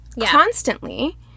constantly